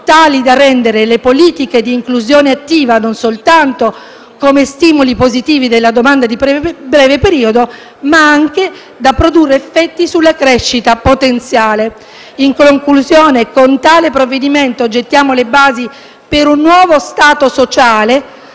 tali da rendere le politiche di inclusione attiva non soltanto stimoli positivi della domanda di breve periodo, ma anche strumenti capaci di produrre effetti sulla crescita potenziale. Con tale provvedimento gettiamo le basi per un nuovo Stato sociale,